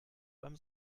beim